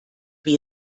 wie